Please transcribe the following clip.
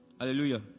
Hallelujah